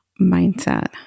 mindset